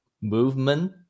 movement